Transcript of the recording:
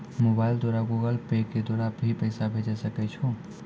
Mobile द्वारा Google Pay के द्वारा भी पैसा भेजै सकै छौ?